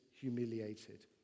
humiliated